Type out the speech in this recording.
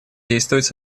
действовать